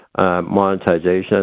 monetization